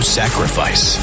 sacrifice